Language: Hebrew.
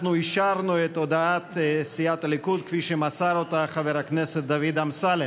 אנחנו אישרנו את הודעת סיעת הליכוד כפי שמסר אותה חבר הכנסת דוד אמסלם.